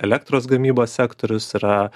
elektros gamybos sektorius yra